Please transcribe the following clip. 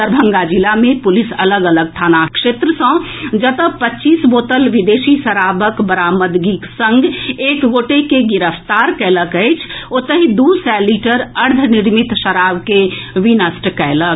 दरभंगा जिला मे पुलिस अलग अलग थाना क्षेत्र सऽ जतऽ पच्चीस बोतल विदेशी शराबक बरामदगीक संग एक गोटे के गिरफ्तार कएलक ओतहि दू सए लीटर अर्धनिर्मित शराब के विनष्ट कएलक